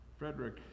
Frederick